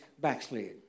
backslid